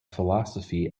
philosophy